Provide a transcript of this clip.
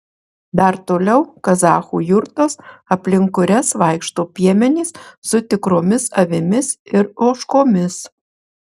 dar toliau kazachų jurtos aplink kurias vaikšto piemenys su tikromis avimis ir ožkomis